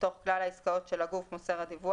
מתוך כלל העסקאות של הגוף מוסר הדיווח,